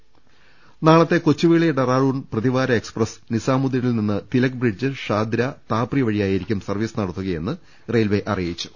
രുട്ട്ട്ട്ട്ട്ട്ട നാളത്തെ കൊച്ചുവേളി ഡെറാഡൂൺ പ്രതിവാര എക്സ്പ്രസ് നിസാമു ദ്ദീനിൽ നിന്ന് തിലക് ബ്രിഡ്ജ് ഷാദ്ര താപ്രി വഴിയായിരിക്കും സർവീസ് നടത്തുകയെന്ന് റെയിൽവെ അറിയിച്ചു